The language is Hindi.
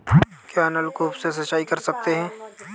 क्या नलकूप से सिंचाई कर सकते हैं?